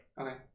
Okay